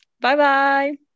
Bye-bye